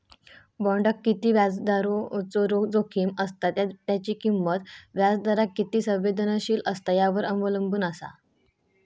बॉण्डाक किती व्याजदराचो जोखीम असता त्या त्याची किंमत व्याजदराक किती संवेदनशील असता यावर अवलंबून असा